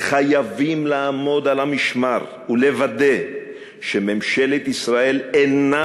חייבים לעמוד על המשמר ולוודא שממשלת ישראל אינה